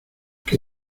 que